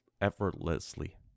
effortlessly